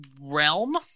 realm